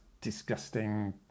disgusting